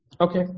Okay